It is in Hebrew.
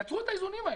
יצרו את האיזונים האלה,